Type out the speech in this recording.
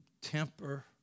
temper